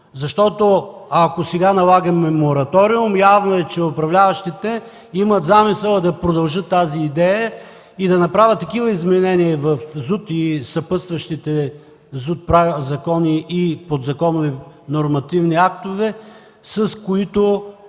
Защото, ако сега налагаме мораториум, явно е, че управляващите имат замисъла да продължат тази идея и да направят такива изменения в ЗУТ, съпътстващите закони и подзаконови нормативни актове, с които